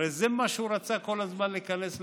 הרי זה מה שהוא רצה כל הזמן, להיכנס לארץ.